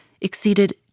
exceeded